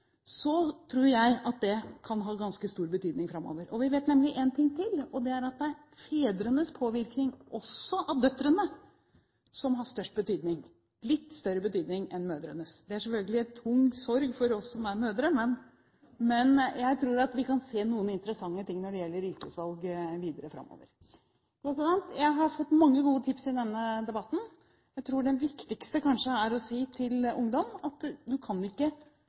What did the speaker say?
så Dagsrevyen, og som barn hadde lite kontakt med, i hvert fall gjennom uka – kanskje var det en tur i løpet av helgen. Når vi da vet at det er vanskelig for skolen å oppheve den påvirkningen som foreldrene har, tror jeg at det kan ha ganske stor betydning framover. Vi vet nemlig en ting til, og det er at det er fedrenes påvirkning også av døtrene som har størst betydning – litt større betydning enn mødrenes. Det er selvfølgelig en stor sorg for oss som er mødre, men jeg tror at vi kan se noen interessante ting